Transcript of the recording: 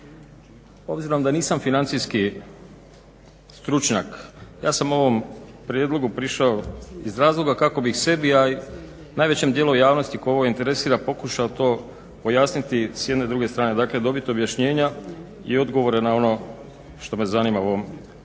Obzirom da nisam financijski stručnjak, ja sam ovom prijedlogu prišao iz razloga kako bih sebi, a i najvećem dijelu javnosti koje ovo interesira, pokušao to pojasniti s jedne i druge strane dakle dobiti objašnjenja i odgovore na ono što me zanima u ovom prijedlogu